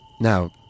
Now